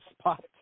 spot